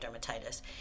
dermatitis